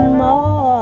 more